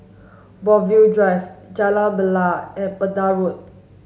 Brookvale Drive Jalan Bilal and Pender Road